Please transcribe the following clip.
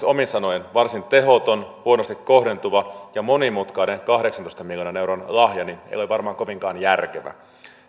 omin sanoin varsin tehoton huonosti kohdentuva ja monimutkainen kahdeksantoista miljoonan euron lahja ei ole varmaan kovinkaan järkevä